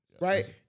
Right